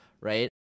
right